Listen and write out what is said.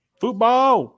Football